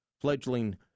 fledgling